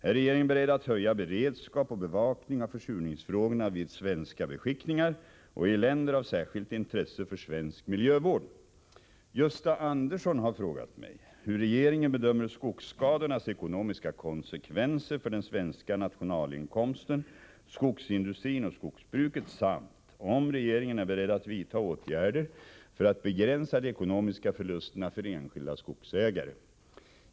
Är regeringen beredd att höja beredskap och bevakning av försurningsfrågorna vid svenska beskickningar och i länder av särskilt intresse för svensk miljövård? Gösta Andersson har frågat mig hur regeringen bedömer skogsskadornas ekonomiska konsekvenser för den svenska nationalinkomsten, skogsindustrin och skogsbruket, samt om regeringen är beredd att vidta åtgärder för att begränsa de ekonomiska förlusterna för enskilda skogsägare.